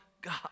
God